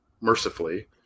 mercifully